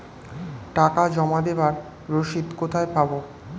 টাকা জমা দেবার রসিদ কোথায় পাব?